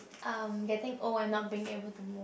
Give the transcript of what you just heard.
um getting old and not being able to move